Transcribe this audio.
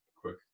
quick